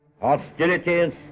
Hostilities